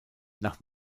nach